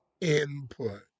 input